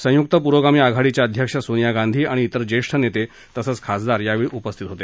संयुक्त पुरोगामी आघाडीच्या अध्यक्ष सोनिया गांधी आणि तिर ज्येष्ठ नेते तसंच खासदार यावेळी उपस्थित होते